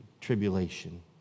Tribulation